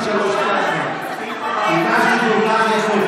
אנשי חומש.